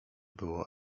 było